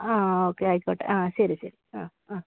ആ ഓക്കെ ആയിക്കോട്ടെ ആ ശരി ശരി അ അ